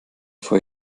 vor